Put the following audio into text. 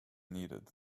needed